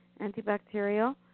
antibacterial